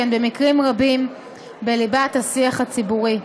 שהן במקרים רבים בליבת השיח הציבורי.